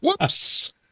Whoops